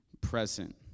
present